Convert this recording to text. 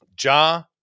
Ja